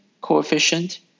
coefficient